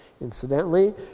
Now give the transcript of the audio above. Incidentally